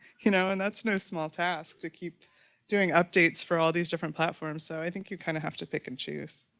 you know. and that's no small task to keep doing updates for all these different platforms. so i think you kind of have to pick and choose.